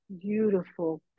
beautiful